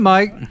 Mike